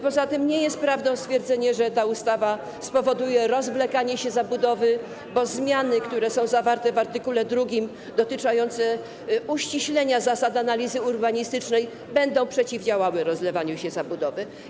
Poza tym nie jest prawdą stwierdzenie, że ta ustawa spowoduje rozwlekanie się zabudowy, bo zmiany, które są zawarte w art. 2, dotyczące uściślenia zasad analizy urbanistycznej, będą przeciwdziałały rozlewaniu się zabudowy.